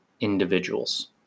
individuals